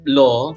law